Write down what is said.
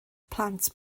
plant